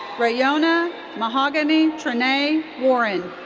raeyonna mahogany trenae warren.